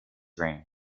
reign